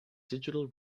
digital